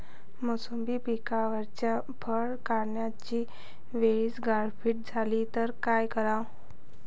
मोसंबी पिकावरच्या फळं काढनीच्या वेळी गारपीट झाली त काय कराव?